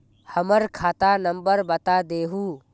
हमर खाता नंबर बता देहु?